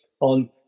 on